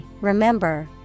remember